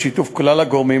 בשיתוף כלל הגורמים,